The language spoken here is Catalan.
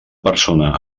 persona